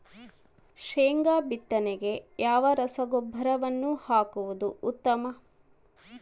ಶೇಂಗಾ ಬಿತ್ತನೆಗೆ ಯಾವ ರಸಗೊಬ್ಬರವನ್ನು ಹಾಕುವುದು ಉತ್ತಮ?